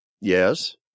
Yes